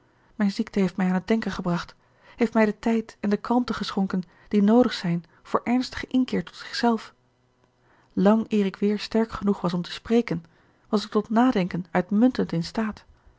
mijn ziekte heeft mij aan het denken gebracht heeft mij den tijd en de kalmte geschonken die noodig zijn voor ernstigen inkeer tot zichzelf lang eer ik weer sterk genoeg was om te spreken was ik tot nadenken uitmuntend in staat